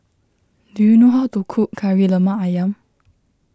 do you know how to cook Kari Lemak Ayam